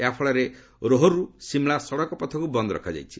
ଏହାଫଳରେ ରୋହରୁ ସିମ୍ଳା ସଡ଼କ ପଥକ୍ର ବନ୍ଦ୍ ରଖାଯାଇଛି